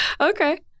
Okay